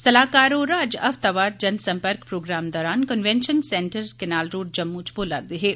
सलाह्कार होर अज्ज हफ्तावार जनसंपर्क प्रोग्राम दरान convention centre canal road Jammu च बोला'रदे हे